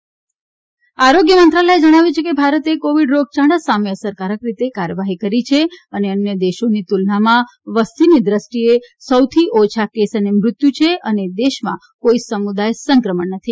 Covid Bharat આરોગ્ય મંત્રાલયે જણાવ્યું છે કે ભારતે કોવિડ રોગયાળા સામે અસરકારક રીતે કાર્યવાહી કરી છે અને અન્ય દેશોની તુલનામાં વસ્તીની દ્રષ્ટિએ સૌથી ઓછા કેસ અને મૃત્યુ છે અને દેશમાં કોઈ સમુદાય સંક્રમણ નથી